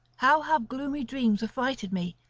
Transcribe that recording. how have gloomy dreams affrighted me!